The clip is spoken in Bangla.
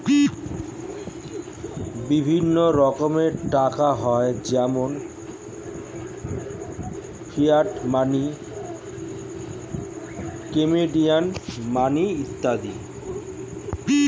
বিভিন্ন রকমের টাকা হয় যেমন ফিয়াট মানি, কমোডিটি মানি ইত্যাদি